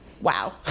wow